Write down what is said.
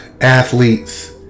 athletes